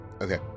Okay